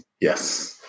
Yes